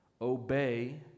obey